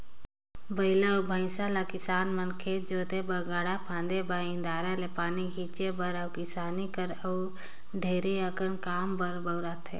बइला अउ भंइसा ल किसान मन खेत जोते बर, गाड़ा फांदे बर, इन्दारा ले पानी घींचे बर अउ किसानी कर अउ ढेरे अकन काम बर बउरथे